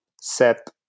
set